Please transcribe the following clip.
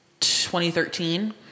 2013